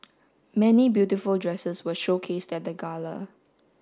many beautiful dresses were showcased at the gala